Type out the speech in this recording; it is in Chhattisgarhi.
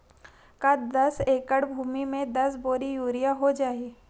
का दस एकड़ भुमि में दस बोरी यूरिया हो जाही?